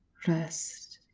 rest.